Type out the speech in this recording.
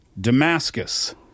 Damascus